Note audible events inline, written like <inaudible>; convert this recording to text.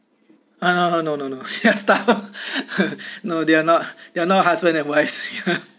no no no no no no <laughs> they are no~ there now husband and wife